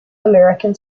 american